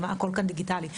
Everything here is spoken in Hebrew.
הכול כאן דיגיטלי,